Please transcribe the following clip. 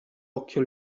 occhio